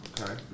Okay